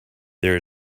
there